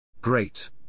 Great